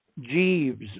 Jeeves